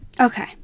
Okay